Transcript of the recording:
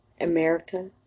America